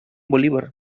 bolívar